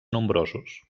nombrosos